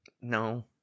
No